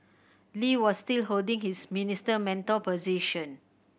Lee was still holding his Minister Mentor position